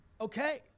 okay